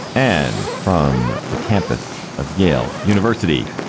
and from the campus of yale university.